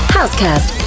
Housecast